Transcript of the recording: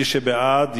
מי שבעד,